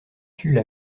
tulle